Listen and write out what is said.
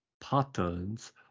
patterns